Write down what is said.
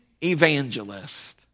evangelist